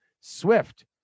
Swift